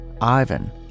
Ivan